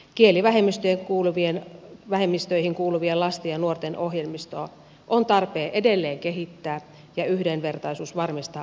kielivähemmistöihin kuuluvien lasten ja nuorten ohjelmistoa on tarpeen edelleen kehittää ja yhdenvertaisuus varmistaa asuinpaikasta riippumatta